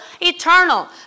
eternal